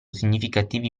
significativi